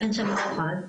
ואין שם אף אחד.